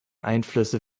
einflüsse